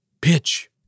Pitch